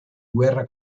guerra